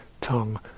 tongue